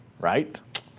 Right